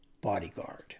bodyguard